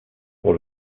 pour